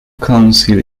council